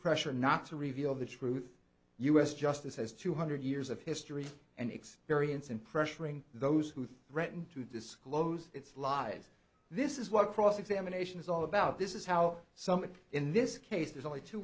pressure not to reveal the truth us justice has two hundred years of history and experience in pressuring those who threaten to disclose its lies this is what cross examination is all about this is how someone in this case there's only two